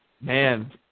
Man